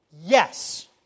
yes